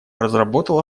разработал